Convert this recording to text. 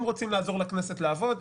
אם רוצים לעזור לכנסת לעבוד,